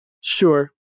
Sure